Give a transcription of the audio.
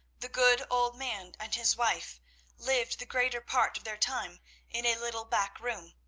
the good old man and his wife lived the greater part of their time in a little back room,